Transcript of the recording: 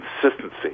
consistency